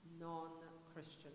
non-Christian